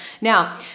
Now